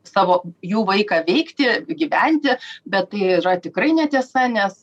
savo jų vaiką veikti gyventi bet tai yra tikrai netiesa nes